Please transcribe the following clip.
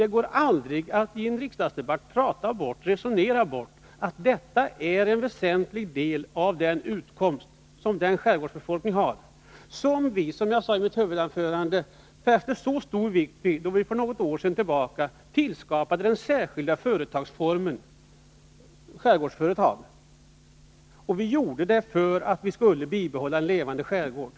| Det går heller aldrig att i en riksdagsdebatt resonera bort att detta är en väsentlig del av den utkomst som skärgårdsbefolkningen har och som vi — som jag sade i mitt huvudanförande — fäste så stor vikt vid då vi för några år sedan tillskapade den särskilda företagsformen skärgårdsföretag. Det gjorde vi för att bibehålla en levande skärgård.